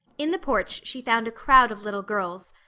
in the porch she found a crowd of little girls,